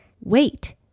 Wait